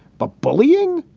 but bullying.